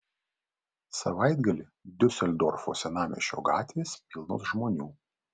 savaitgalį diuseldorfo senamiesčio gatvės pilnos žmonių